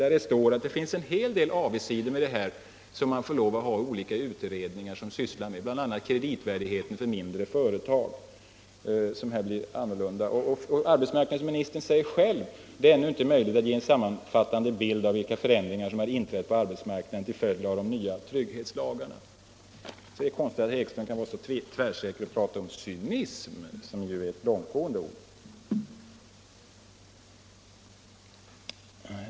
Där står det att det med ”trygghetslagarna” följer en hel del avigsidor som nu olika utredningar måste syssla med, bl.a. kreditvärdigheten för mindre företag som här blir försämrad. Arbetsmarknadsministern säger också: Det är ännu inte möjligt att ge en sammanfattande bild av vilka förändringar som har inträtt på arbetsmarknaden till följd av de nya trygghetslagarna. Det är då konstigt att herr Ekström kan tala så tvärsäkert om cynism, som ju är ett långtgående ord.